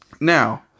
Now